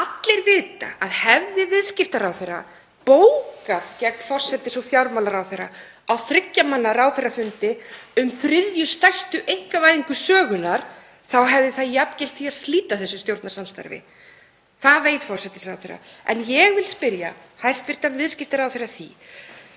Allir vita að hefði viðskiptaráðherra bókað gegn forsætis- og fjármálaráðherra á þriggja manna ráðherrafundi um þriðju stærstu einkavæðingu sögunnar þá hefði það jafngilt því að slíta þessu stjórnarsamstarfi. Það veit forsætisráðherra. En ég vildi spyrja hæstv. viðskiptaráðherra að